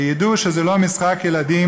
שידעו שזה לא משחק ילדים.